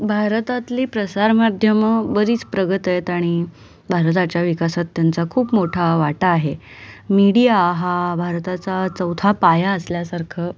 भारतातली प्रसारमाध्यमं बरीच प्रगत आहेत आणि भारताच्या विकासात त्यांचा खूप मोठा वाटा आहे मीडिया हा भारताचा चौथा पाया असल्यासारखं